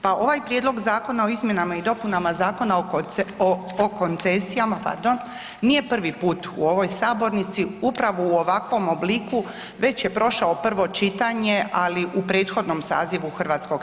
Pa ovaj prijedlog zakona o izmjenama i dopunama Zakona o, o koncesijama, pardon, nije prvi put u ovoj sabornici upravo u ovakvom obliku, već je prošao prvo čitanje, ali u prethodnom sazivu HS.